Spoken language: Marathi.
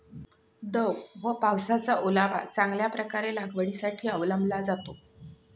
दव व पावसाचा ओलावा चांगल्या प्रकारे लागवडीसाठी अवलंबला जातो